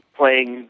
playing